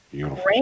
Great